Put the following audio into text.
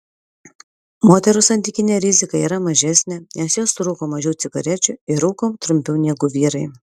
moterų santykinė rizika yra mažesnė nes jos surūko mažiau cigarečių ir rūko trumpiau negu vyrai